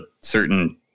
certain